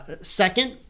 second